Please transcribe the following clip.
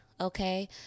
okay